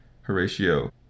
Horatio